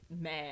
mad